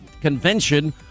Convention